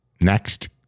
next